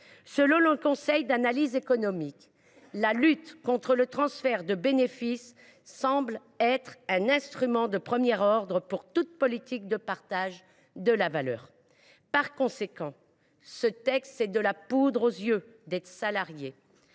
Selon le Conseil d’analyse économique, la lutte contre le transfert de bénéfices semble être un « instrument de premier ordre pour toute politique de partage de la valeur ». Par conséquent, ce texte est de la poudre aux yeux des salariés.